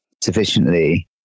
sufficiently